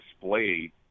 display